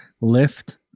lift